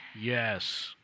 Yes